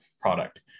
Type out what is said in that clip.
product